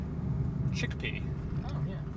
Chickpea